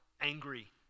angry